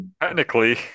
Technically